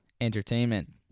entertainment